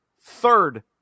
third